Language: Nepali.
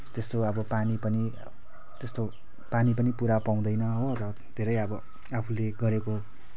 त्यस्तो अब पानी पनि त्यस्तो पानी पनि पुरा पाउँदैन हो र अब धेरै अब आफूले गरेको